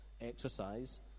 exercise